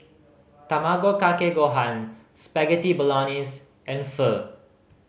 Tamago Kake Gohan Spaghetti Bolognese and Pho